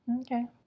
okay